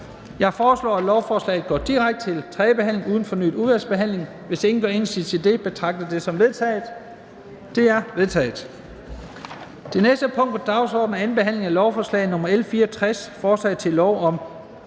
Jeg foreslår, at lovforslaget går direkte til tredje behandling uden fornyet udvalgsbehandling. Hvis ingen gør indsigelse, betragter jeg det som vedtaget. Det er vedtaget. --- Det næste punkt på dagsordenen er: 27) 2. behandling af lovforslag nr. L 79: Forslag til lov om